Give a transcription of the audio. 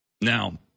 Now